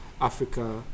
Africa